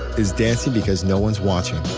is dancing because no one's watching.